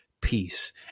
peace